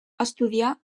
estudià